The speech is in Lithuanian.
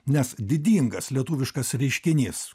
nes didingas lietuviškas reiškinys